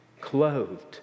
clothed